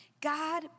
God